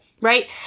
right